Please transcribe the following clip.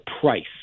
price